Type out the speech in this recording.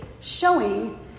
showing